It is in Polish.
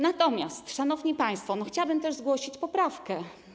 Natomiast, szanowni państwo, chciałabym też zgłosić poprawkę.